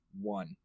one